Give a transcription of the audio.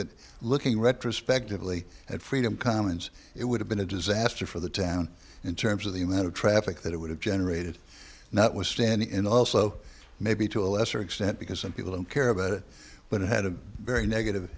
that looking retrospectively at freedom commons it would have been a disaster for the town in terms of the amount of traffic that it would have generated and that was standing in also maybe to a lesser extent because some people don't care about it but it had a very negative